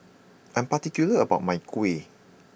I'm particular about my Kuih